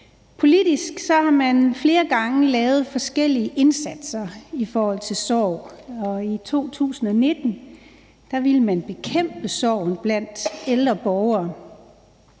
Politisk har man flere gange lavet forskellige indsatser i forhold til sorg, og i 2019 ville man bekæmpe sorgen blandt ældre borgere.